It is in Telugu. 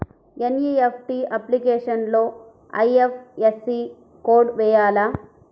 ఎన్.ఈ.ఎఫ్.టీ అప్లికేషన్లో ఐ.ఎఫ్.ఎస్.సి కోడ్ వేయాలా?